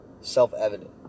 Self-evident